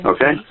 Okay